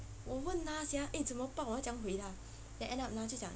我问他 sia eh 怎么办我要怎样回他 then end up ah 就讲